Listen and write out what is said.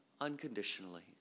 unconditionally